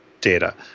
data